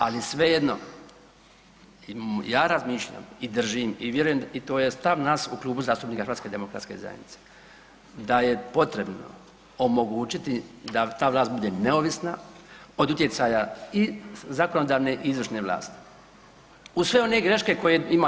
Ali svejedno ja razmišljam, i držim, i vjerujem i to je stav nas u Klubu zastupnika Hrvatske demokratske zajednice da je potrebno omogućiti da ta vlast bude neovisna od utjecaja i zakonodavne i izvršne vlasti uz sve one greške koje ima.